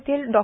येथील डॉ